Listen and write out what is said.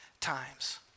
times